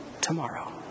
tomorrow